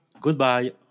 Goodbye